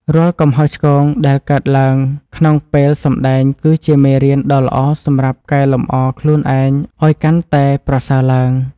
រាល់កំហុសឆ្គងដែលកើតឡើងក្នុងពេលសម្តែងគឺជាមេរៀនដ៏ល្អសម្រាប់កែលម្អខ្លួនឯងឱ្យកាន់តែប្រសើរឡើង។